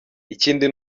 ikindi